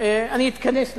אני אתכנס לסיום.